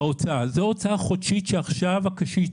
ביצענו מהלך בשנה האחרונה של הצמדת קצבת הנכות לשכר הממוצע במשק.